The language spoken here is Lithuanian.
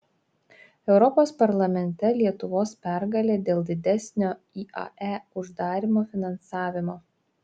europos parlamente lietuvos pergalė dėl didesnio iae uždarymo finansavimo